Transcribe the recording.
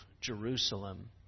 Jerusalem